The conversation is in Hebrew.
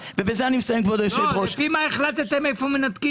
בשנה וחצי הוא עלה ב-20%.